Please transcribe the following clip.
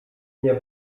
nie